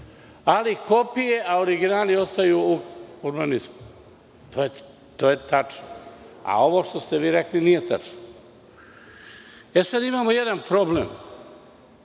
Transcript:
ali kopije, a originali ostaju u urbanizmu. To je tačno, a ovo što ste vi rekli nije tačno. Imamo jedan problem